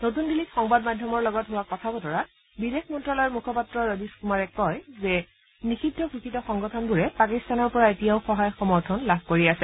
নতুন দিল্লীত সংবাদ মাধ্যমৰ লগত হোৱা কথাবতৰাত বিদেশ মন্ত্ৰালয়ৰ মুখপাত্ৰ ৰবীশ কুমাৰে কয় যে নিষিদ্ধ ঘোষিত সংগঠনবোৰে পাকিস্তানৰ পৰা এতিয়াও সহায় সমৰ্থন লাভ কৰি আছে